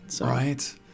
Right